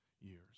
years